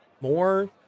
more